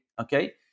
Okay